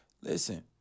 Listen